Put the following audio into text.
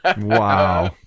wow